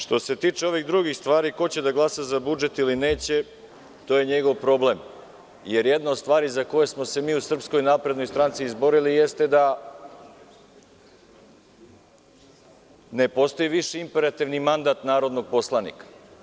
Što se tiče drugih stvari, ko će da glasa za budžet ili neće, to je njegov problem, jer jedna od stvariza koje smo se mi u SNS, izborili jeste da ne postoji više imperativni mandat narodnog poslanika.